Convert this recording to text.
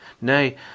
Nay